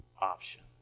option